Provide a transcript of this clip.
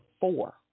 four